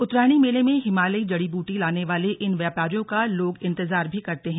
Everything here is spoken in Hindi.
उत्तरायणी मेले में हिमालयी जड़ीबूटी लाने वाले इन व्यापारियों का लोग इंतजार भी करते हैं